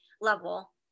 level